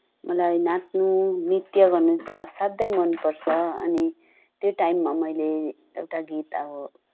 मलाई नाच्न नृत्य गर्न चाहिँ असाद्धै मन पर्छ अनि त्यो टाइममा मैले एउटा गीत अब